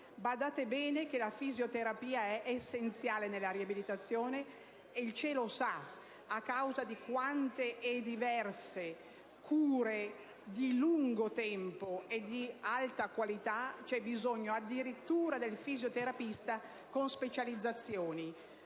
Badate bene che la fisioterapia è essenziale nella riabilitazione e, stante le tante e diverse cure di lungo periodo e di alta qualificazione, c'è bisogno addirittura del fisioterapista con specializzazioni.